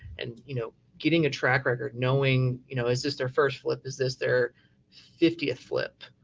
and, you know, getting a track record knowing, you know, is this their first flip? is this their fiftieth flip?